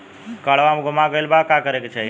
काडवा गुमा गइला पर का करेके चाहीं?